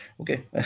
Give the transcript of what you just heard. Okay